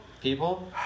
People